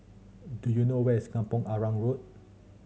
do you know where is Kampong Arang Road